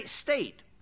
state